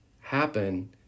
happen